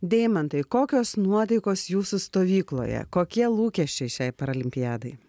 deimantai kokios nuotaikos jūsų stovykloje kokie lūkesčiai šiai paralimpiadai